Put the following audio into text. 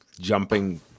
jumping